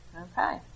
Okay